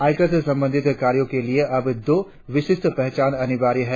आयकर से संबंधित कार्यों के लिए अब दो विशिष्ट पहचान अनिवार्य है